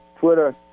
Twitter